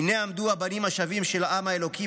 הינה עמדו הבנים השבים של עם האלוקים